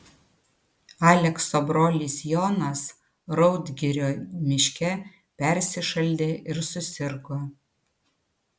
alekso brolis jonas raudgirio miške persišaldė ir susirgo